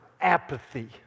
apathy